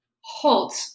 halt